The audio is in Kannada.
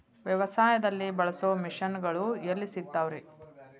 ವ್ಯವಸಾಯದಲ್ಲಿ ಬಳಸೋ ಮಿಷನ್ ಗಳು ಎಲ್ಲಿ ಸಿಗ್ತಾವ್ ರೇ?